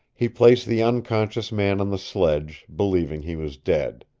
he placed the unconscious man on the sledge, believing he was dead.